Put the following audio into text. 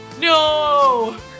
No